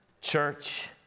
Church